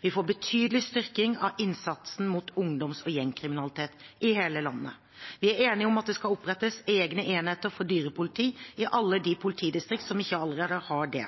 Vi får en betydelig styrking av innsatsen mot ungdoms- og gjengkriminaliteten i hele landet. Vi er enige om at det skal opprettes egne enheter for dyrepoliti i alle de politidistriktene som ikke allerede har det.